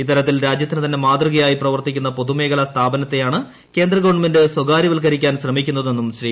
ഇത്തരത്തിൽ രാജ്യത്തിന് തന്നെ മാതൃകയായി പ്രവർത്തിക്കുന്ന പൊതുമേഖലാ സ്ഥാപനത്തെയാണ് കേന്ദ്ര ഗവൺമെന്റ് സ്വകാര്യവൽക്കരിക്കാൻ ശ്രമിക്കുന്നതെന്നും ശ്രീ